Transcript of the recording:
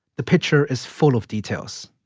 the picture is full of details,